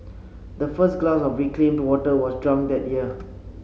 the first glass of reclaimed water was drunk that year